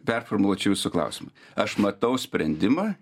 performuluočiau klausimą aš matau sprendimą